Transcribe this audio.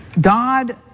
God